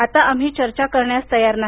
आता आम्ही चर्चा करण्यास तयार नाही